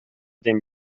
den